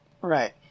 Right